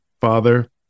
father